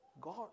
God